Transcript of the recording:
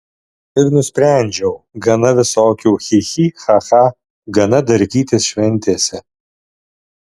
ir nusprendžiau gana visokių chi chi cha cha gana darkytis šventėse